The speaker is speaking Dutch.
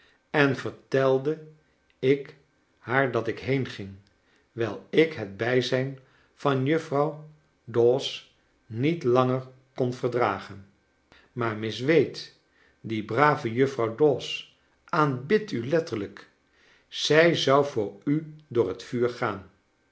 en vertelde ik haar dat ik heenging wijl ik het bijzijn van juffrouw dawes niet langer kon verdragen maar miss wade die brave juffrouw dawes aanbidt u letterlijk zij zou voor u door het vuur gaan